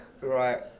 Right